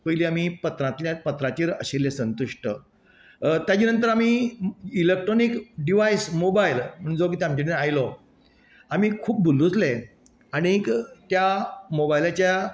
पयलीं आमी पत्रांतल्यान पत्रांचेर आशिल्ले संतुश्ट तेच्या नंतर आमी इलेक्ट्रॉनिक डिवायस मोबायल म्हूण जो कितें आमचे कडेन आयलो आमी खूब भुल्लूसले आनीक त्या मोबायलाच्या